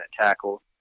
tackle